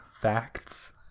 facts